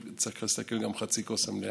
צריך להסתכל גם על חצי הכוס המלאה.